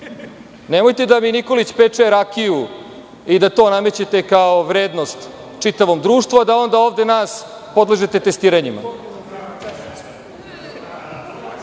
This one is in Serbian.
Nemojte da mi Nikolić peče rakiju i da to namećete kao vrednost čitavom društvu, a da onda ovde nas podležete testiranjima. Što